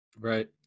Right